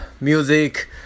music